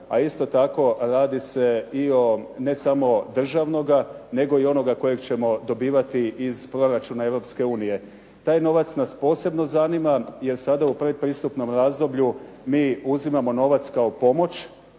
a isto tako radi se i o ne samo državnoga nego i onoga kojeg ćemo dobivati iz proračuna Europske unije. Taj novac nas posebno zanima jer sada u pretpristupnom razdoblju mi uzimamo novac kao pomoć,